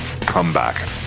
comeback